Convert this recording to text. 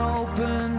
open